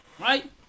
right